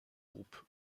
groupes